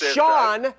Sean